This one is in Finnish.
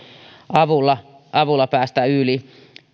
avulla avulla päästä yli